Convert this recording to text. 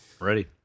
Ready